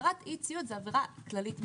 עבירת אי-ציות היא כללית מדי.